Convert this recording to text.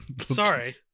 Sorry